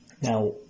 Now